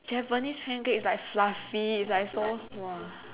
japanese pancakes like fluffy it's like so [wah]